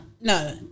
No